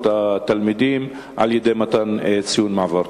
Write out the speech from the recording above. התלמידים על-ידי מתן ציון מעבר?